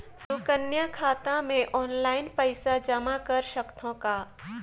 सुकन्या खाता मे ऑनलाइन पईसा जमा कर सकथव का?